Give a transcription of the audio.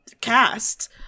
cast